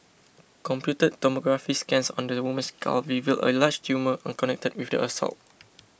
computed tomography scans on the woman's skull revealed a large tumour unconnected with the assault